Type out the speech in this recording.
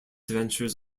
ventures